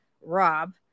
rob